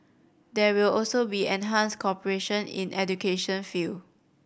there will also be enhanced cooperation in education field